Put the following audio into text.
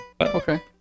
Okay